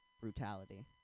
brutality